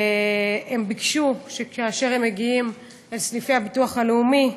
והם ביקשו שכאשר הם מגיעים לסניפי הביטוח הלאומי,